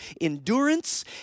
endurance